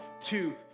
two